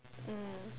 mm